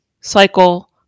cycle